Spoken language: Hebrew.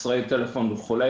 חסרי טלפון וכו',